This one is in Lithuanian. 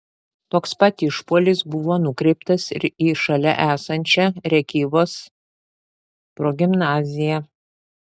toks pat išpuolis buvo nukreiptas ir į šalia esančią rėkyvos progimnaziją